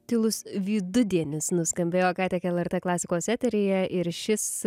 tylus vidudienis nuskambėjo ką tik el er t klasikos eteryje ir šis